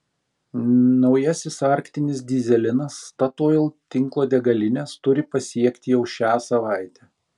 naujasis arktinis dyzelinas statoil tinklo degalines turi pasiekti jau šią savaitę